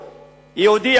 יהודי,